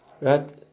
Right